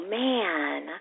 man